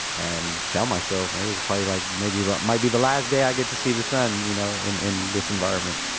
and tell myself, it was probably like maybe about might be the last day i get to see the sun, you know, in in this environment.